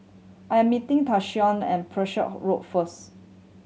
I am meeting Tayshaun at Road first